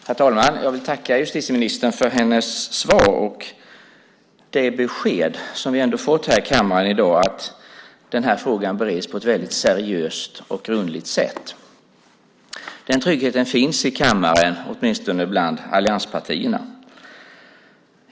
Herr talman! Jag tackar justitieministern för hennes svar och det besked som vi har fått här i kammaren i dag om att frågan bereds på ett seriöst och grundligt sätt. Den tryggheten finns i kammaren, åtminstone bland allianspartierna.